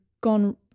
gone